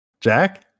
jack